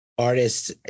artists